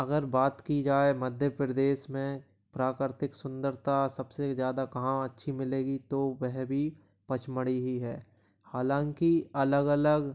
अगर बात की जाए मध्य प्रदेश में प्राकृतिक सुन्दरता सबसे ज्यादा कहाँ अच्छी मिलेगी तो वह भी पँचमढ़ी ही है हालांकि अलग अलग